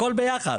הכול ביחד.